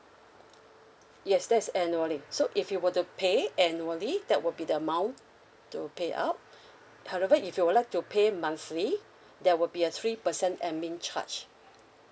yes that's annually so if you were to pay annually that would be the amount to pay up however if you would like to pay monthly there would be a three percent admin charge